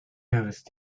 noticed